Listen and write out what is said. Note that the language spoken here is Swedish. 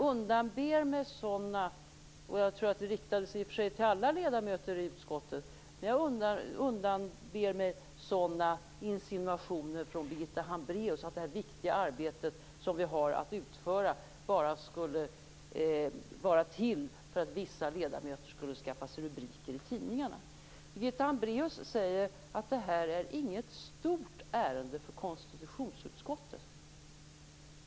Jag tror att det här i och för sig riktade sig till alla ledamöter i utskottet, men jag undanber mig insinuationer från Birgitta Hambraeus om att det viktiga arbete vi har att utföra bara skulle vara till för att vissa ledamöter skulle skaffa sig rubriker i tidningarna. Birgitta Hambraeus säger att det här inte är något stort ärende för konstitutionsutskottet.